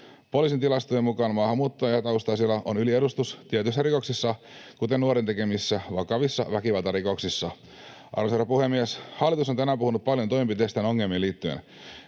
Poliisin tilastojen mukaan maahanmuuttajataustaisilla on yliedustus tietyissä rikoksissa, kuten nuorten tekemissä vakavissa väkivaltarikoksissa. Arvoisa herra puhemies! Hallitus on tänään puhunut paljon toimenpiteistään ongelmiin liittyen.